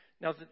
Now